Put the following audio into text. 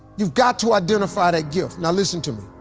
you've got to identify that gift. now listen to me,